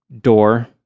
door